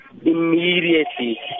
immediately